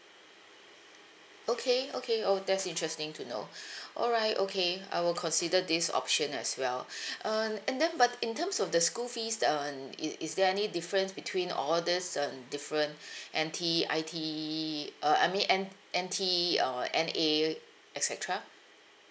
okay okay oh that's interesting to know alright okay I will consider this option as well um and then but in terms of the school fees um i~ is there any difference between all this um different N_T I_T uh I mean N~ N_T uh N_A et cetera